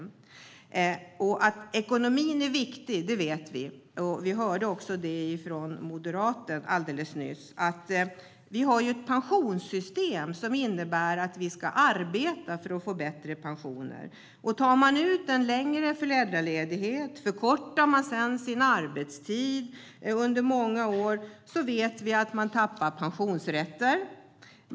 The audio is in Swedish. Moderaterna talade också nyss om att vårt pensionssystem innebär att vi ska arbeta för att få bättre pensioner. Om man tar ut en längre föräldraledighet och sedan förkortar sin arbetstid under många år tappar man pensionsrätter.